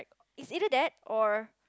it's either that or